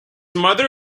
mother